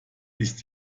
ist